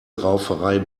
rauferei